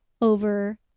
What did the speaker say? over